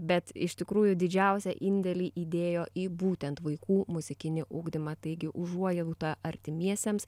bet iš tikrųjų didžiausią indėlį įdėjo į būtent vaikų muzikinį ugdymą taigi užuojauta artimiesiems